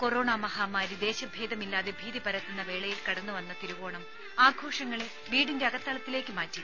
corona മഹാമാരി ദേശഭേദമില്ലാതെ ഭീതിപരത്തുന്ന വേളയിൽ കടന്നുവന്ന തിരുവോണം ആഘോഷങ്ങളെ വീടിന്റെ അകത്തളത്തിലേക്ക് മാറ്റി